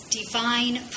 divine